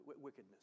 wickedness